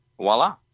voila